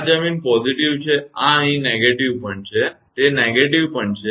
આ જમીન positive છે આ અહીં negative પણ છે તે negative પણ છે